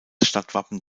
stadtwappen